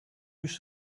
use